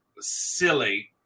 silly